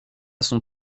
son